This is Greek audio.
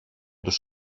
τους